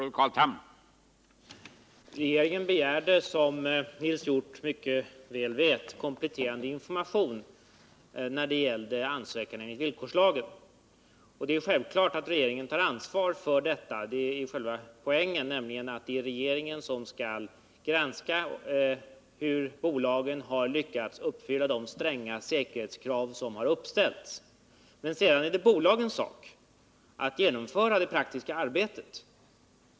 Herr talman! Regeringen begärde, vilket Nils Hjorth mycket väl vet, kompletterande information när det gällde ansökan enligt villkorslagen. Det är självklart att regeringen tar ansvar för detta. Själva poängen är ju att det är regeringen som skall granska hur bolagen har lyckats uppfylla de stränga säkerhetskrav som uppställts. Men sedan är det bolagens sak att genomföra det praktiska arbetet.